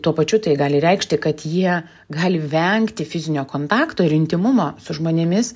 tuo pačiu tai gali reikšti kad jie gali vengti fizinio kontakto ir intymumo su žmonėmis